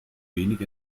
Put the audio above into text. wenig